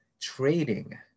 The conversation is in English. trading